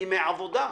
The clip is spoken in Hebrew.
ימי עבודה,